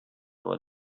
about